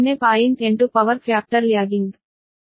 8 power factor lagging